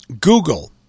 Google